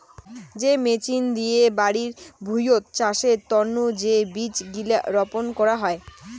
যে মেচিন দিয়ে বাড়ি ভুঁইয়ত চাষের তন্ন যে বীজ গিলা রপন করাং হই